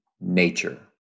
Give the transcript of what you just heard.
nature